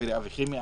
חברי אבי חימי,